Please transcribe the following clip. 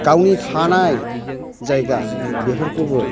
गावनि थानाय जायगा बेफोरखौबो